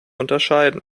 unterscheiden